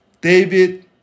David